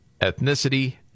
ethnicity